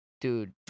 dude